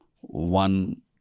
one